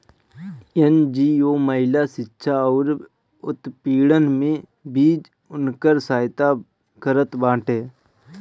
NGO महिला शिक्षा अउरी उत्पीड़न में भी उनकर सहायता करत बाटे